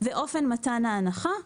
ואופן מתן ההנחה.